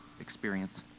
experience